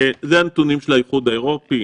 אלו הנתונים של האיחוד האירופי.